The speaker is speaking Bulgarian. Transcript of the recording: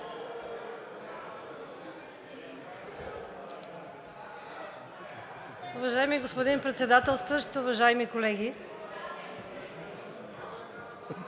Уважаеми господин Председателстващ, уважаеми колеги!